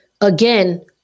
again